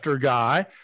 guy